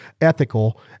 ethical